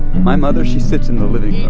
my mother, she sits in the living yeah